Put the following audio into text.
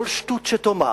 כל שטות שתאמר,